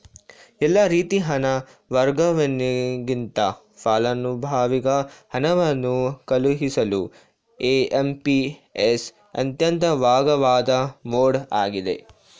ಎಲ್ಲಾ ರೀತಿ ಹಣ ವರ್ಗಾವಣೆಗಿಂತ ಫಲಾನುಭವಿಗೆ ಹಣವನ್ನು ಕಳುಹಿಸಲು ಐ.ಎಂ.ಪಿ.ಎಸ್ ಅತ್ಯಂತ ವೇಗವಾದ ಮೋಡ್ ಆಗಿದೆ